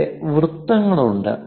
ഇവിടെ വൃത്തങ്ങൾ ഉണ്ട്